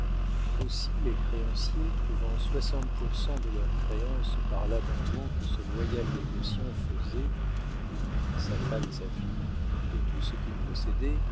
aussi les créanciers trouvant soixante pour cent de leurs créances par l'abandon que ce loyal négociant faisait lui sa femme et sa fille de tout ce qu'ils possédaient